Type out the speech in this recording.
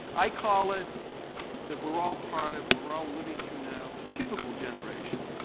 i call it that we're all part of, we're all living through now the cubicle generation,